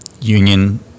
union